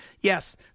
Yes